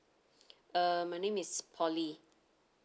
uh my name is polly